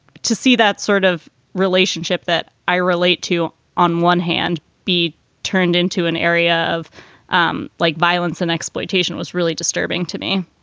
to see that sort of relationship that i relate to on one hand be turned into an area of um like and exploitation was really disturbing to me